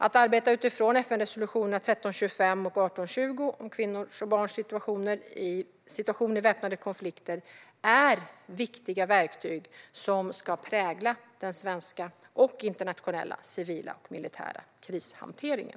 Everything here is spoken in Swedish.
Att arbeta utifrån FN-resolutionerna 1325 och 1820 om kvinnors och barns situation i väpnade konflikter innebär viktiga verktyg som ska prägla den svenska och internationella civila och militära krishanteringen.